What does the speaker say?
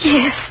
Yes